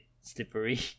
slippery